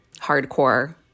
hardcore